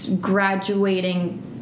graduating